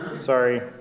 Sorry